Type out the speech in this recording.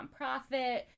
nonprofit